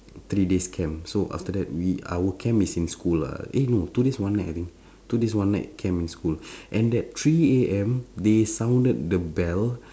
three days camp so after that we our camp is in school lah eh no two days one night I think two days one night camp in school and at three A_M they sounded the bell